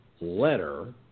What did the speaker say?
letter